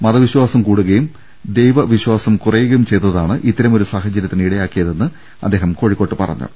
മത വിശ്വാസം കൂടുകയും ദൈവവിശ്ചാസം കുറയുകയും ചെയ്തതാണ് ഇത്തരമൊരു സാഹചരൃത്തിന് ഇടയാ ക്കിയതെന്നും അദ്ദേഹം കോഴിക്കോട്ട് പറഞ്ഞു